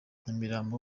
nyamirambo